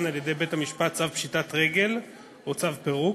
על-ידי בית-המשפט צו פשיטת רגל או צו פירוק.